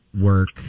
work